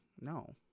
No